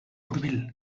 hurbil